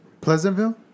Pleasantville